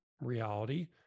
reality